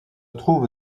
trouve